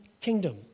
kingdom